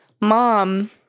mom